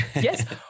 yes